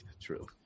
True